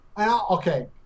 okay